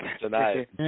tonight